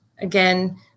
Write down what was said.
again